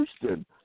Houston